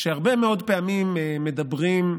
הרבה מאוד פעמים אומרים,